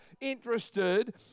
interested